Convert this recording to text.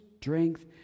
strength